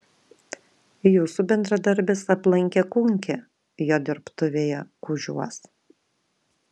jūsų bendradarbis aplankė kunkį jo dirbtuvėje kužiuos